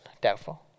Doubtful